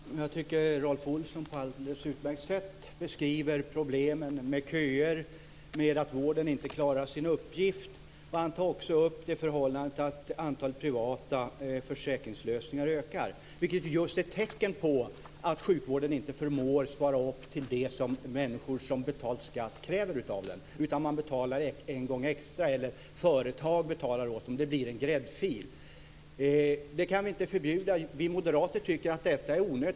Fru talman! Jag tycker att Rolf Olsson på ett alldeles utmärkt sätt beskriver problemen med köer och med att vården inte klarar sin uppgift. Han tar också upp förhållandet att antalet privata försäkringslösningar ökar, vilket just är ett tecken på att sjukvården inte förmår svara upp till det som människor som betalt skatt kräver av den. De betalar i stället en gång extra, eller så betalar företag åt dem. Det blir en gräddfil. Detta kan vi inte förbjuda, men vi moderater tycker att det är onödigt.